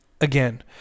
Again